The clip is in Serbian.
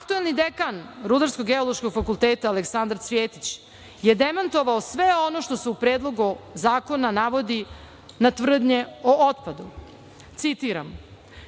terenu. Aktuelni dekan Rudarsko-geološkog fakulteta Aleksandar Cvjetić je demantovao sve ono što se u predlogu zakona navodi na tvrdnje o otpadu. Citiram